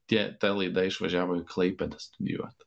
tie ta laida išvažiavo į klaipėdą studijuot